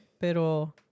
Pero